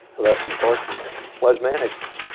less important was management.